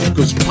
Cause